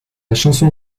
chanson